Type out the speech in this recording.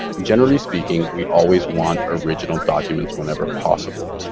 generally speaking, we always want original documents whenever possible.